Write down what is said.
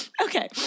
Okay